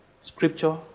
Scripture